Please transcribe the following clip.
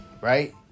right